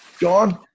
John